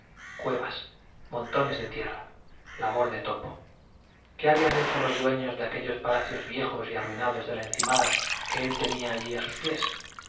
cuevas montones de tierra labor de topo qué habían hecho los dueños de aquellos palacios viejos y arruinados de la encimada que él tenía allí a sus pies